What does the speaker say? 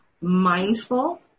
mindful